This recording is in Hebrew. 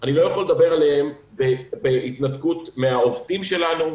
אני לא יכול לדבר עליהם בהתנתקות מן העובדים שלנו,